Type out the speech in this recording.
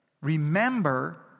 remember